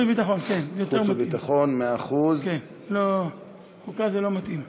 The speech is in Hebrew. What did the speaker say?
חוץ וביטחון, כן, זה יותר מתאים.